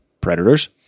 predators